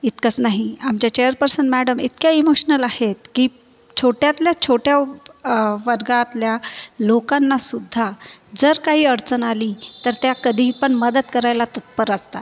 इतकंच नाही आमच्या चेअरपर्सन मॅडम इतक्या इमोश्नल आहेत की छोट्यातल्या छोट्या वर्गातल्या लोकांना सुद्धा जर काही अडचण आली तर त्या कधी पण मदत करायला तत्पर असतात